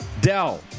Dell